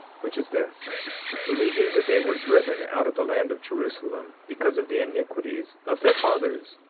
which is this believing that they were driven out of the land of jerusalem because of the iniquities of their fathers,